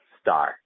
star